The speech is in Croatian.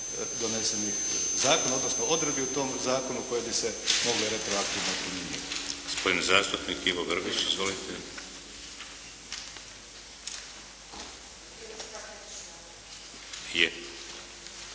donesenih zakona, odnosno odredbi u tom zakonu koje bi se mogle retroaktivno primjenjivati.